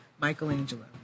Michelangelo